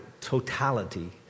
totality